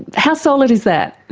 how solid is that?